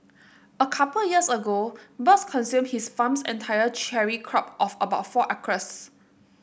a couple years ago birds consumed his farm's entire cherry crop of about four acres